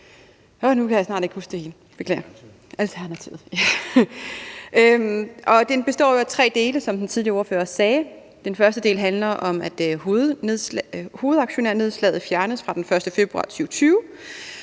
Den består jo af tre dele, som den tidligere ordfører også sagde. Den første del handler om, at hovedaktionærnedslaget fjernes fra den 1. februar 2020.